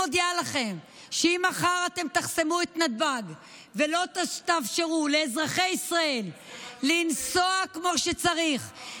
אם מחר אתם תחסמו את נתב"ג ולא תאפשרו לאזרחי ישראל לנסוע כמו שצריך,